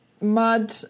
mud